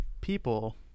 people